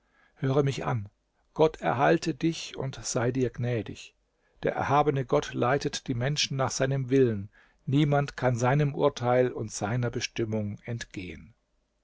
höre mich an gott erhalte dich und sei dir gnädig der erhabene gott leitet die menschen nach seinem willen niemand kann seinem urteil und seiner bestimmung entgehen